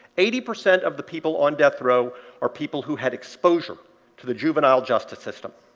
eighty percent of the people on death row are people who had exposure to the juvenile justice system.